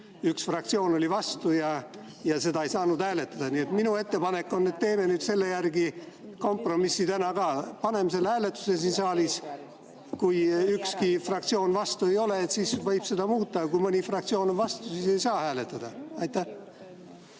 üks fraktsioon oli vastu ja seda ei saanud hääletada. Nii et minu ettepanek on, et teeme nüüd samasuguse kompromissi täna ka. Paneme selle hääletusele siin saalis. Kui ükski fraktsioon vastu ei ole, siis võib seda muuta, aga kui mõni fraktsioon on vastu, siis ei saa hääletada. Ma